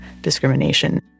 discrimination